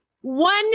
one